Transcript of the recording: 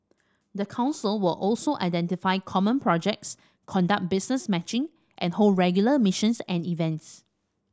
the council will also identify common projects conduct business matching and hold regular missions and events